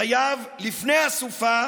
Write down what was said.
חייב לפני הסופה